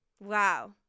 wow